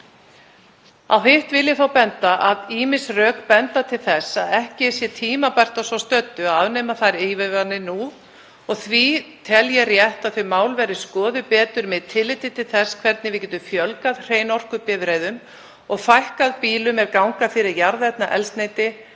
Á hitt vil ég þó benda að ýmis rök benda til þess að ekki sé tímabært að svo stöddu að afnema þær ívilnanir nú og því tel ég rétt að þau mál verði skoðuð betur með tilliti til þess hvernig við getum fjölgað hreinorkubifreiðum og fækkað bílum er ganga fyrir jarðefnaeldsneyti